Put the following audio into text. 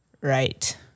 Right